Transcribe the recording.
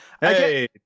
Hey